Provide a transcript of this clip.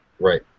Right